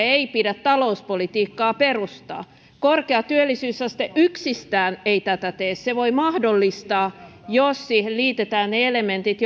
ei pidä talouspolitiikkaa perustaa korkea työllisyysaste yksistään ei tätä tee se voi mahdollistaa jos siihen liitetään ne elementit joita